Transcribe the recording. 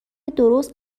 درست